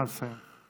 נא לסיים.